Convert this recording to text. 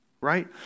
right